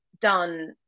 done